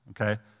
Okay